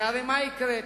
הרי מה יקרה?